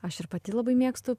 aš ir pati labai mėgstu